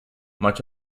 much